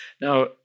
Now